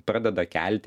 pradeda kelti